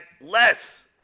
less